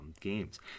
games